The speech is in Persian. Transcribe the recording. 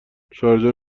شوهرجان